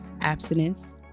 abstinence